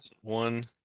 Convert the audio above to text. one